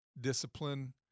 discipline